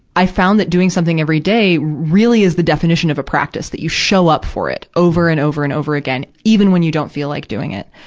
i found that doing something every day really is the definition of a practice, that you show up for it, over and over and over again, even when you don't feel like doing it.